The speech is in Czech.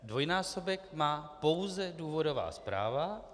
Dvojnásobek má pouze důvodová zpráva.